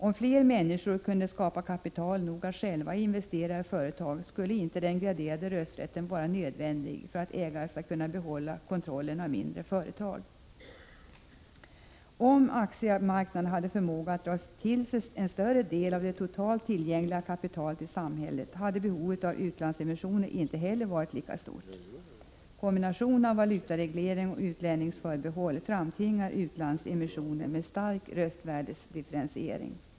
Om fler människor kunde skapa kapital nog att själva investera i företag skulle den graderade rösträtten inte vara nödvändig för att ägare skulle kunna behålla kontrollen över mindre företag. Om aktiemarknaden hade förmåga att dra till sig en större del av det totalt tillgängliga kapitalet i samhället, hade behovet av utlandsemissioner inte heller varit lika stort. Kombinationen av valutareglering och utlänningsförbehåll framtvingar utlandsemissioner med stark röstvärdesdifferentiering.